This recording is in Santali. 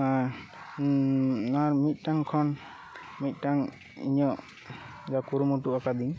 ᱟᱨ ᱚᱱᱟ ᱢᱤᱫᱴᱟᱝ ᱠᱷᱚᱱ ᱢᱤᱫᱴᱟᱝ ᱤᱧᱟᱹᱜ ᱠᱩᱨᱩᱢᱩᱴᱩ ᱟᱠᱟᱫᱤᱧ